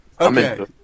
Okay